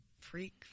Freak